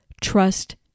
trust